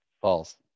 False